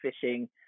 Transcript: fishing